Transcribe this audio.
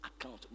account